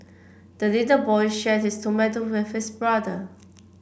the little boy shared his tomato with his brother